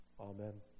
Amen